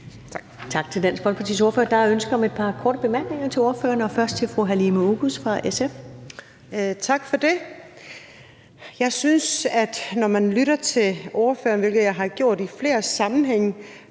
Tak til Dansk Folkepartis ordfører. Der er ønske om et par korte bemærkninger til ordføreren, og først fra fru Halime Oguz fra SF. Kl. 20:37 Halime Oguz (SF): Tak for det. Jeg synes, når man lytter til ordføreren, hvilket jeg har gjort i flere sammenhænge,